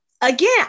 again